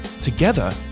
Together